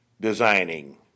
designing